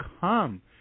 come